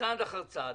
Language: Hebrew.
צעד אחר צעד,